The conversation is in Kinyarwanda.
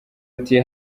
ati